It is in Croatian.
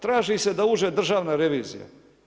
Traži se da uđe državna revizija.